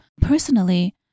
Personally